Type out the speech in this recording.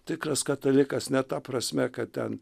tikras katalikas ne ta prasme kad ten